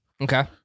Okay